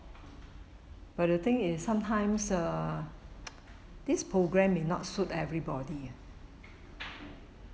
but the thing is sometimes uh this programme may not suit everybody